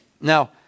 Now